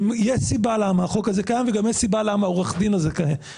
ויש סיבה למה החוק הזה קיים וגם יש סיבה למה עורך הדין הזה קיים.